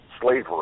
slavery